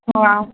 हा